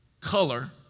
color